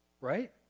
right